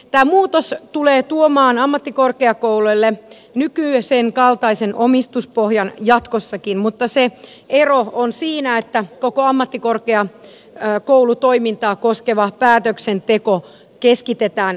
tämä muutos tulee tuomaan ammattikorkeakouluille nykyisen kaltaisen omistuspohjan jatkossakin mutta se ero on siinä että koko ammattikorkeakoulutoimintaa koskeva päätöksenteko keskitetään osakeyhtiön hallitukselle